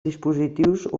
dispositius